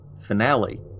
finale